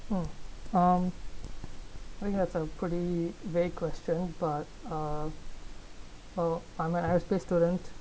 um I think that's a pretty vague question but uh uh I'm aerospace student